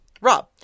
Rob